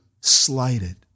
slighted